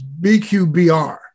BQBR